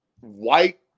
white